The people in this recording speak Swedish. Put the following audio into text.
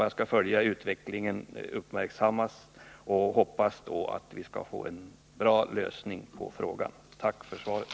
Jag skall följa utvecklingen uppmärksamt och hoppas att vi skall få till stånd en bra lösning på frågan. Tack för svaret!